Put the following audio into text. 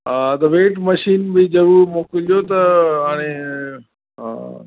हा त weight machine बि ज़रूर मोकिलिजो त हाणे